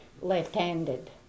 left-handed